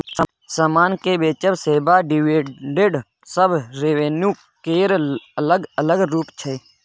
समान केँ बेचब, सेबा, डिविडेंड सब रेवेन्यू केर अलग अलग रुप छै